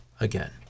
again